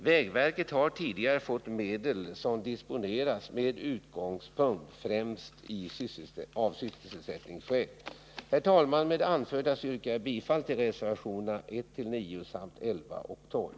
Vägverket har tidigare fått medel som skulle disponeras med hänsynstagande till främst sysselsättningsskäl. Herr talman! Med det anförda yrkar jag bifall till reservationerna 1-9 samt 11 och 12.